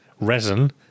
Resin